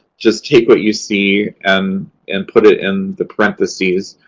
just take what you see and and put it in the parentheses.